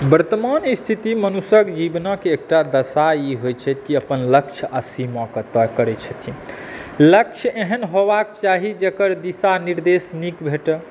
वर्तमान स्थिति मनुष्यक जीवनक एकटा दशा ई होइ छथि की अपन लक्ष्य आ सीमाक तय करै छथिन लक्ष्य एहन होयबाक चाही जेकर दिशानिर्देश नीक भेटै